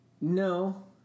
No